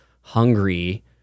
hungry